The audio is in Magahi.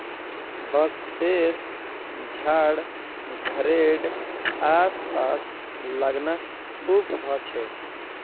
बांसशेर झाड़ घरेड आस पास लगाना शुभ ह छे